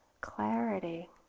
clarity